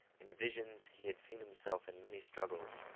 in visions he had seen himself in many struggles.